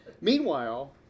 Meanwhile